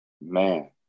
man